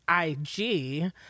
IG